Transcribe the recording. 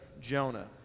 Jonah